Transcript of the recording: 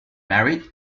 married